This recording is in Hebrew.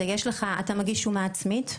אתה מגיש שומה עצמית,